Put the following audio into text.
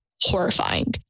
horrifying